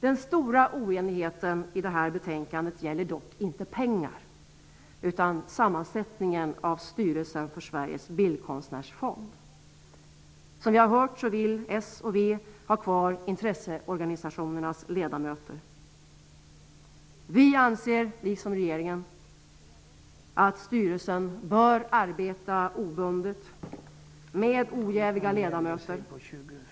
Den stora oenigheten i detta betänkande gäller dock inte pengarna utan sammansättningen av styrelsen för Sveriges bildkonstnärsfond. Som ni har hört vill s och v ha kvar intresseorganisationernas ledamöter. Vi anser liksom regeringen att styrelsen bör arbeta obundet med ojäviga ledamöter.